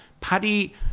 Paddy